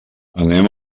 anem